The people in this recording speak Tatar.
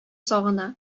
сагына